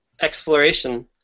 exploration